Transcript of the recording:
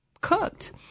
cooked